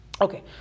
Okay